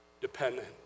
dependent